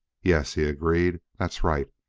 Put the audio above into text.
yes, he agreed that's right.